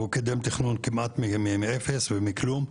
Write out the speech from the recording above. הוא קידם תכנון כמעט מאפס ומכלום,